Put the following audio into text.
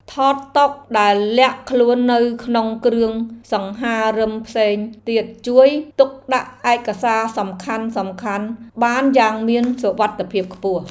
ថតតុដែលលាក់ខ្លួននៅក្នុងគ្រឿងសង្ហារិមផ្សេងទៀតជួយទុកដាក់ឯកសារសំខាន់ៗបានយ៉ាងមានសុវត្ថិភាពខ្ពស់។